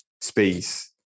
space